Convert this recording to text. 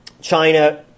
China